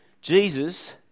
Jesus